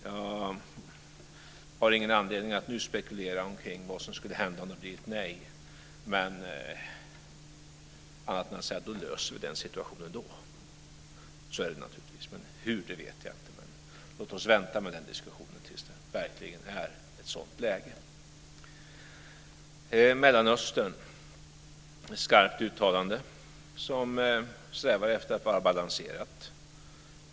Jag har ingen anledning att nu spekulera kring vad som skulle hända om det blir ett nej, annat än att säga att vi löser den situationen då. Hur, vet jag inte. Låt oss vänta med den diskussionen tills det är ett sådant läge. Så till frågan om Mellanöstern. Det är ett skarpt uttalande som strävar efter att vara balanserat.